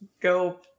go